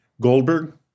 Goldberg